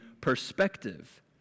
perspective